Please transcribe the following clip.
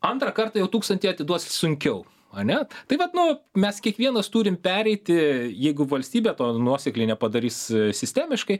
antrą kartą jau tūkstantį atiduos sunkiau ane tai vat nu mes kiekvienas turim pereiti jeigu valstybė to nuosekliai nepadarys sistemiškai